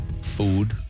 Food